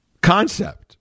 concept